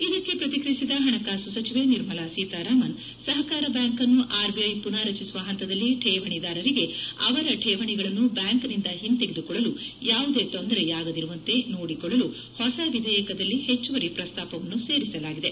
ಇದಕ್ಕೆ ಪ್ರತಿಕ್ರಿಯಿಸಿದ ಪಣಕಾಸು ಸಚಿವೆ ನಿರ್ಮಲಾ ಸೀತಾರಾಮನ್ ಸಪಕಾರ ಬ್ಯಾಂಕ್ ಅನ್ನು ಆರ್ಬಿಐ ಪುನಾರಚಿಸುವ ಪಂತದಲ್ಲಿ ಕೇವಣಿದಾರರಿಗೆ ಅವರ ಕೇವಣಿಗಳನ್ನು ಬ್ಲಾಂಕಿನಿಂದ ಒಂತೆಗೆದುಕೊಳ್ಳಲು ಯಾವುದೇ ತೊಂದರೆಯಾಗದಿರುವಂತೆ ನೋಡಿಕೊಳ್ಳಲು ಹೊಸ ವಿಧೇಯಕದಲ್ಲಿ ಹೆಚ್ಚುವರಿ ಪ್ರಸ್ತಾಪವನ್ನು ಸೇರಿಸಲಾಗಿದೆ